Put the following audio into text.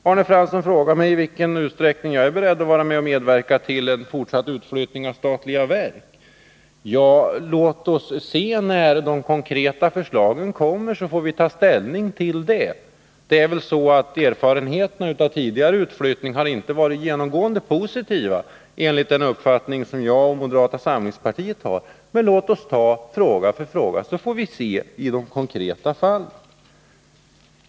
Arne Fransson frågar mig i vilken utsträckning jag är beredd att medverka till en fortsatt utflyttning av statliga verk. Låt oss se när de konkreta förslagen kommer. Vi får då ta ställning till dessa. Erfarenheterna från tidigare utflyttningar har inte genomgående varit positiva enligt den uppfattning som jag och moderata samlingspartiet har. Men låt oss se på fråga för fråga och ta ställning i de konkreta fallen.